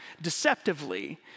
deceptively